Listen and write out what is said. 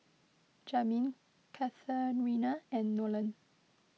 Jamin Katharina and Nolen